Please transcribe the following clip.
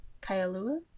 Kailua